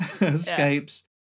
escapes